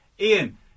Ian